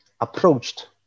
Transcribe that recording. approached